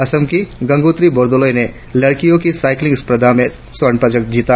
असम की ग्रंगुत्री बोर्दोलई ने लड़कियों की साइक्लिंग स्पर्धा में स्वर्ण जीत